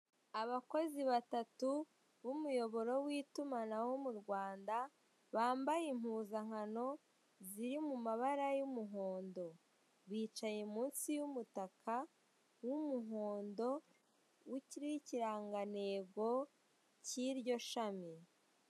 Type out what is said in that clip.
Abakozi batatu b'umuyoboro w'itumanaho mu Rwanda bambaye impuzankano ziri mu mabara y'umuhondo, bicaye mu nsi y'umutaka w'umuhondo, uriho ikirangantego cyiryo shami.